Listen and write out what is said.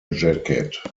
jacket